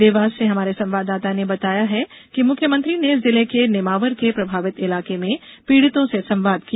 देवास से हमारे संवाददाता ने बताया है कि मुख्यमंत्री ने जिले के नेमावर के प्रभावित इलाके में पीड़ितों से संवाद किया